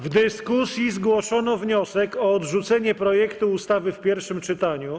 W dyskusji zgłoszono wniosek o odrzucenie projektu ustawy w pierwszym czytaniu.